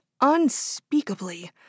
unspeakably